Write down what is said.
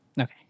okay